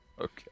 Okay